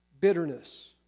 bitterness